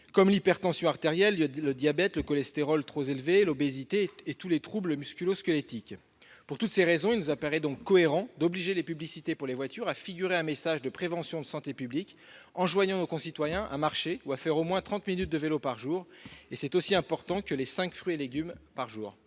comme l'hypertension artérielle, le diabète, le cholestérol trop élevé, l'obésité et tous les troubles musculo-squelettiques. Pour toutes ces raisons, il nous paraît cohérent d'obliger les publicités pour les voitures à faire figurer un message de prévention de santé publique enjoignant nos concitoyens à marcher ou à faire au moins trente minutes de vélo par jour. C'est aussi important que la consommation de cinq fruits et légumes par jour.